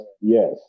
Yes